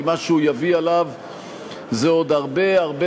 כי מה שהוא יביא עליו זה עוד הרבה הרבה